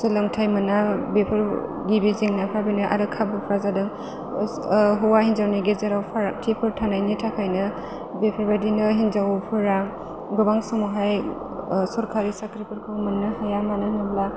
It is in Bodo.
सोलोंथाइ मोना बेफोर गिबि जेंनाफ्रा बेनो आरो खाबुफोरा जादों हौवा हिनजावनि गेजेराव फारागथिफोर थानायनि थाखायनो बेफोरबायदिनो हिनजावफोरा गोबां समावहाय सरखारि साख्रिफोरखौ मोननो हाया मानो होनोब्ला